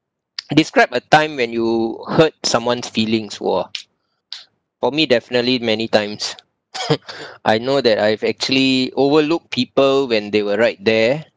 describe a time when you hurt someone's feelings !wah! for me definitely many times I know that I've actually overlook people when they were right there